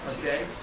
Okay